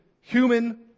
human